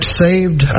saved